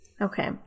okay